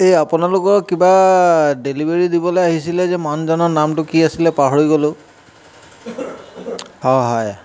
এ আপোনালোকৰ কিবা ডেলিভাৰী দিবলৈ আহিছিলে যে মানুহজনৰ নামটো কি আছিলে পাহৰি গ'লো হয় হয়